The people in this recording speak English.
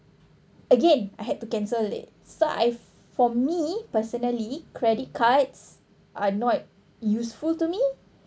again I had to cancel it so I for me personally credit cards are not useful to me